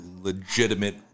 legitimate